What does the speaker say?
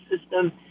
system